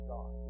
God